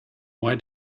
why